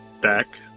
back